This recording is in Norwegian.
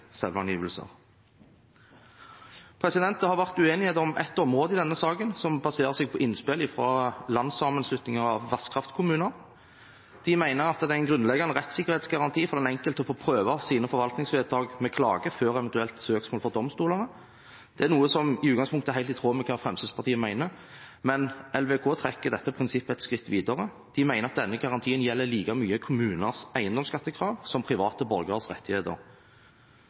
selvangivelser. Det har vært uenighet om ett område i denne saken, som baserer seg på innspill fra Landssamanslutninga av Vasskraftkommuner. De mener at det er en grunnleggende rettssikkerhetsgaranti for den enkelte å få prøvd sine forvaltningsvedtak ved klage før eventuelt søksmål for domstolene. Det er noe som i utgangspunktet er helt i tråd med hva Fremskrittspartiet mener, men LVK trekker dette prinsippet et skritt videre. De mener denne garantien gjelder like mye kommuners eiendomsskattekrav som private borgeres rettigheter.